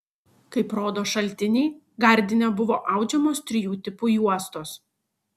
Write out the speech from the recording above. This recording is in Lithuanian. kaip rodo šaltiniai gardine buvo audžiamos trijų tipų juostos